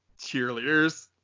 cheerleaders